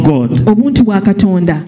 God